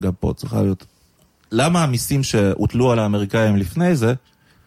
למה המסים שהוטלו על האמריקאים לפני זה